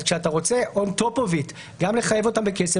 אז כשאתה רוצה גם לחייב אותם בכסף,